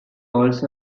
also